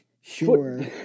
Sure